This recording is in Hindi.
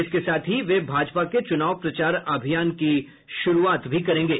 इसके साथ ही वे भाजपा के चुनाव प्रचार अभियान की शुरूआत भी करेंगे